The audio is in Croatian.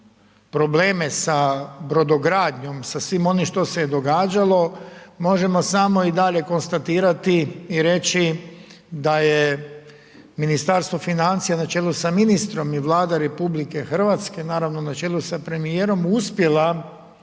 probleme sa brodogradnjom, sa svim onim što se je događalo, možemo samo i dalje konstatirati i reći da je Ministarstvo financija na čelu sa ministrom i Vlada RH naravno na čelu sa premijerom, uspjela